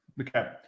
okay